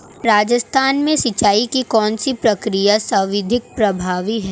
राजस्थान में सिंचाई की कौनसी प्रक्रिया सर्वाधिक प्रभावी है?